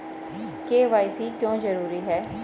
KYC क्यों जरूरी है?